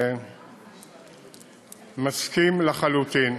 אני מסכים לחלוטין